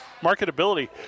marketability